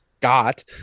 got